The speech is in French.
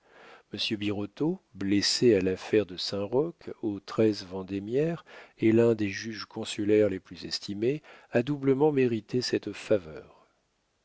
birotteau blessé à l'affaire de saint-roch au treize vendémiaire et l'un des juges consulaires les plus estimés a doublement mérité cette faveur